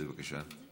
בבקשה.